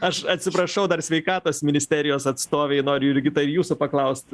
aš atsiprašau dar sveikatos ministerijos atstovei noriu jurgita ir jūsų paklaust